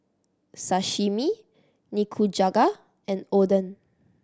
Sashimi Nikujaga and Oden